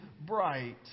bright